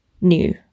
new